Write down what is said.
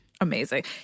Amazing